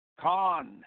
con